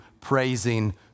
praising